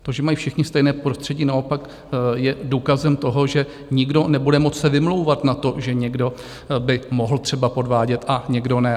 To, že mají všichni stejné prostředí, naopak je důkazem toho, že nikdo nebude moci se vymlouvat na to, že někdo by mohl třeba podvádět a někdo ne.